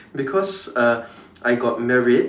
because uh I got merit